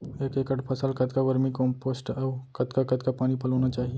एक एकड़ फसल कतका वर्मीकम्पोस्ट अऊ कतका कतका पानी पलोना चाही?